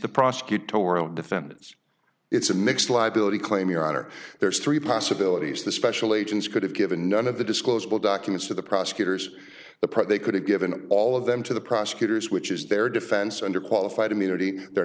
the prosecutorial defendants it's a mixed liability claim your honor there's three possibilities the special agents could have given none of the disclosable documents to the prosecutors the president could have given all of them to the prosecutors which is their defense under qualified immunity they're